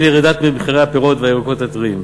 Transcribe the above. לירידה במחירי הפירות והירקות הטריים.